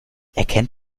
erkennt